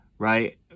Right